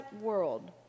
world